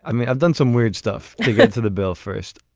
i mean i've done some weird stuff to get to the bill first.